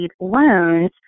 loans